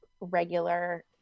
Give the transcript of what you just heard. regular